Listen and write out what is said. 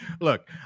look